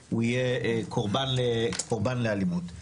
שהוא יהיה קורבן לאלימות.